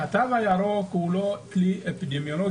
הוא אמר שהתו הירוק הוא לא כלי אפידמיולוגי,